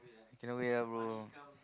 in a way ah bro